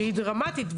שהיא דרמטית.